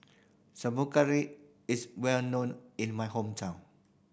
is well known in my hometown